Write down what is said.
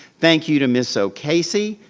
thank you to miss o'casey,